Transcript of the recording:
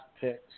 picks